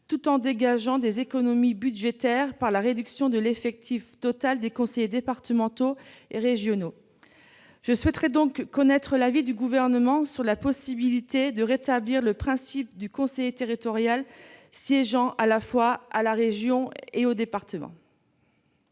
tout en dégageant des économies budgétaires grâce à la réduction de l'effectif total des conseils départementaux et régionaux. Je souhaiterais connaître l'avis du Gouvernement sur la possibilité de rétablir le principe d'un conseiller territorial siégeant à la fois à la région et au département.